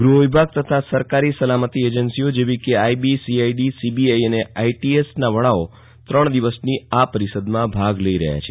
ગહ વિભાગ તથા સરકારી સલામતી એજન્સીઓ જેવી કે I B C I O C B I અને આઈ આઈ એસ ના વડાઓ ત્રણ દિવસની આ પરિષદમાં ભાગ લઈ રહયા છે